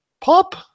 Pop